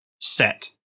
set